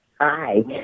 hi